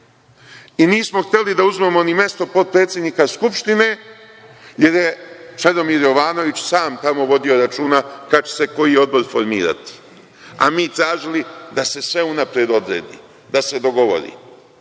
i nismo hteli da uzmemo ni mesto potpredsednika Skupštine, jer je Čedomir Jovanović sam tamo vodio računa kad će se koji odbor formirati, a mi tražili da se sve unapred odredi, da se dogovori. Ovog